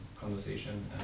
conversation